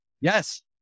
Yes